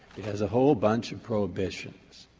it has a whole bunch of prohibitions,